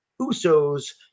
Usos